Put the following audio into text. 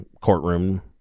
courtroom